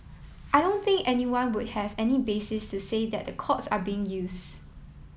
I don't think anyone would have any basis to say that the courts are being use